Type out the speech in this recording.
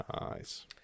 nice